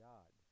God